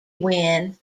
win